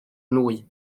nwy